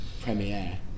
premiere